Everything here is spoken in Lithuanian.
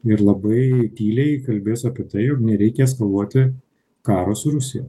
ir labai tyliai kalbės apie tai jog nereikia eskaluoti karo su rusija